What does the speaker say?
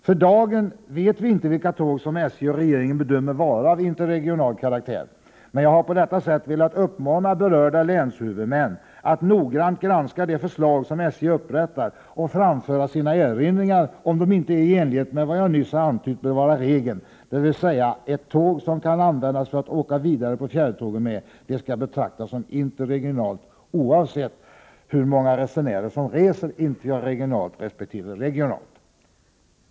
För dagen vet vi inte vilka tåg som SJ och regeringen bedömer vara av interregional karaktär. Men jag har på detta sätt velat uppmana berörda länshuvudmän att noggrant granska de förslag som SJ upprättar och framföra sina erinringar, om de inte är i enlighet med vad jag nyss har antytt bör vara regel, dvs. att det tåg som kan användas för att åka vidare på fjärrtågen med skall betraktas som interregionalt, oavsett hur många resenärer som reser interregionalt resp. regionalt.